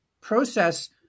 process